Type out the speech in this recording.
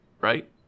right